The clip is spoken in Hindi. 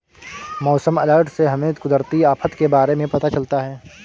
मौसम अलर्ट से हमें कुदरती आफत के बारे में पता चलता है